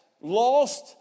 lost